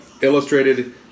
Illustrated